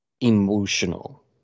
emotional